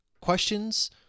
questions